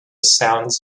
sounds